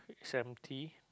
seventy